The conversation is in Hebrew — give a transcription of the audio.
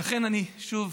ולכן, אני שוב